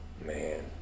Man